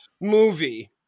movie